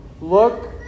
look